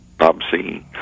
obscene